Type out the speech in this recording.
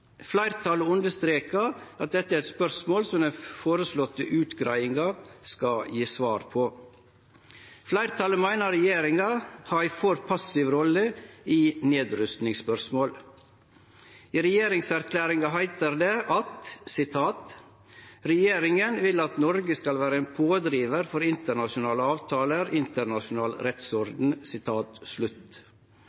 at dette er eit spørsmål som den føreslåtte utgreiinga skal gje svar på. Fleirtalet meiner regjeringa har ei for passiv rolle i nedrustingsspørsmål. I regjeringserklæringa heiter det: «Regjeringen vil at Norge skal være en pådriver for internasjonale avtaler, internasjonal